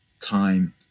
time